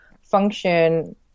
function